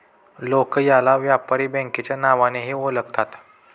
लोक याला व्यापारी बँकेच्या नावानेही ओळखतात